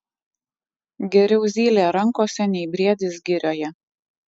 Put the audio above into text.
geriau zylė rankose nei briedis girioje